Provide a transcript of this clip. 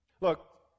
Look